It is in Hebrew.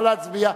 נא להצביע.